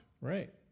right